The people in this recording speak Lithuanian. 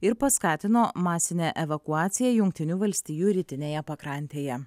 ir paskatino masinę evakuaciją jungtinių valstijų rytinėje pakrantėje